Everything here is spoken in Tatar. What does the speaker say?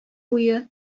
буе